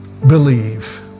believe